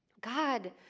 God